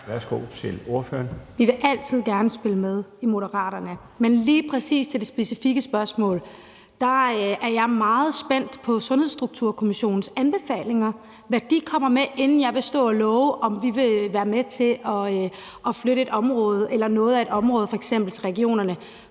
Rosa Eriksen (M): Vi vil altid gerne spille med i Moderaterne, men lige præcis i forhold til det specifikke spørgsmål er jeg meget spændt på Sundhedsstrukturkommissionens anbefalinger, og hvad de kommer med, inden jeg vil stå at love, at vi vil være med til at flytte et område eller noget af et område til f.eks. regionerne.